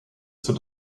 zur